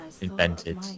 invented